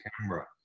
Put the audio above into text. camera